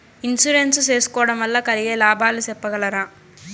Insurance సేసుకోవడం వల్ల కలిగే లాభాలు సెప్పగలరా?